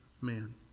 man